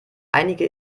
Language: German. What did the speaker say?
einige